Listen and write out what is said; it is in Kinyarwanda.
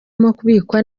kubikwa